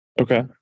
Okay